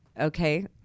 Okay